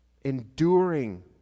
Enduring